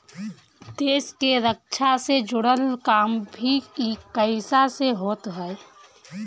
देस के रक्षा से जुड़ल काम भी इ पईसा से होत हअ